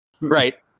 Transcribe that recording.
Right